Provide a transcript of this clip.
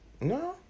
no